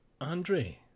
Andre